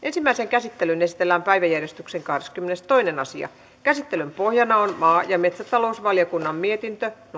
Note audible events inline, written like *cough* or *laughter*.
*unintelligible* ensimmäiseen käsittelyyn esitellään päiväjärjestyksen kahdeskymmenestoinen asia käsittelyn pohjana on maa ja metsätalousvaliokunnan mietintö